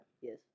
Yes